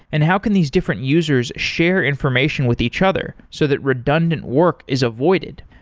and how can these different users share information with each other so that redundant work is avoided?